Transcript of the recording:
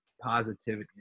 positivity